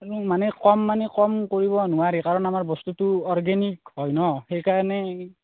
মানে কম মানে কম কৰিব নোৱাৰি কাৰণ আমাৰ বস্তুটো অৰ্গেনিক হয় ন সেইকাৰণে